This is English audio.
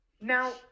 Now